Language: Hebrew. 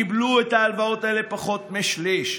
קיבלו את ההלוואות האלה פחות משליש.